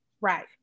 Right